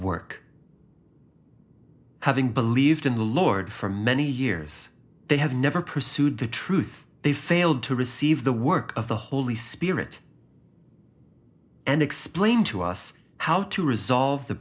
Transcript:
work having believed in the lord for many years they have never pursued the truth they failed to receive the work of the holy spirit and explain to us how to resolve the